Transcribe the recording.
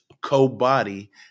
co-body